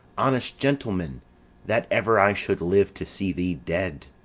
honest gentleman that ever i should live to see thee dead!